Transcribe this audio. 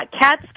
cats